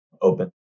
open